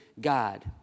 God